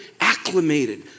acclimated